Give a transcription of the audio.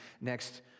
next